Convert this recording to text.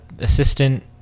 Assistant